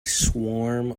swarm